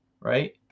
right